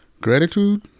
Gratitude